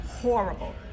horrible